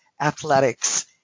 athletics